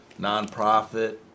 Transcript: nonprofit